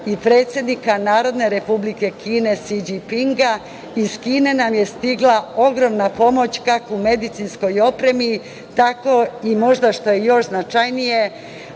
i predsednika Narodne Republike Kine, Si Đipinga, iz Kine nam je stigla ogromna pomoć kako u medicinskoj opremi, tako i možda što je još značajnije